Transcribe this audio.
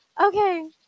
okay